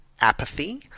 apathy